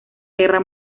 guerra